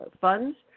funds